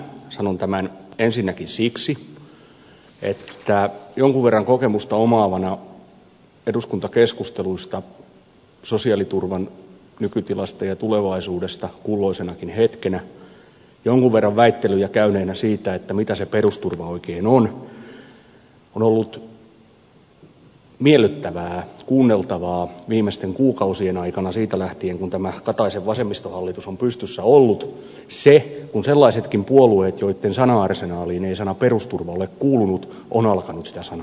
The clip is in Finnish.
sanon tämän ensinnäkin siksi että jonkun verran kokemusta omaavana eduskuntakeskusteluista sosiaaliturvan nykytilasta ja tulevaisuudesta kulloisenakin hetkenä jonkun verran väittelyjä käyneenä siitä mitä se perusturva oikein on on ollut miellyttävää kuunneltavaa viimeisten kuukausien aikana siitä lähtien kun tämä kataisen vasemmistohallitus on pystyssä ollut se kun sellaisetkin puolueet joitten sana arsenaaliin ei sana perusturva ole kuulunut ovat alkaneet sitä sanaa käyttää